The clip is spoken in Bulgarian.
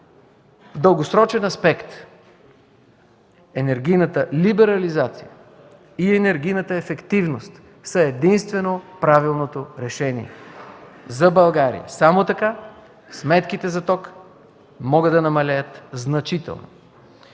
дългосрочен аспект енергийната либерализация и енергийната ефективност са единствено правилното решение за България. Само така сметките за ток могат да намалеят значително.